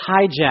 hijack